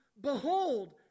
Behold